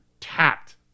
tapped